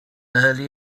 early